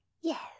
Yes